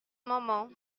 moment